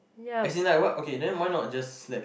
as in like why okay then why not just let